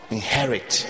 inherit